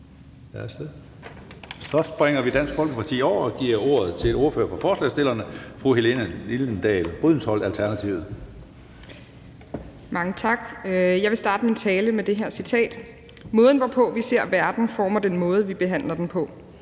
Brydensholt, Alternativet. Kl. 16:05 (Ordfører for forslagsstillerne) Helene Liliendahl Brydensholt (ALT): Mange tak. Jeg vil starte min tale med det her citat: Måden, hvorpå vi ser verden, former den måde, vi behandler den på.